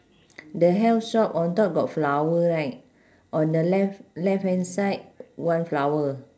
the health shop on top got flower right on the left left hand side one flower